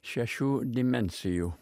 šešių dimensijų